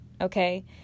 okay